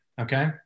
okay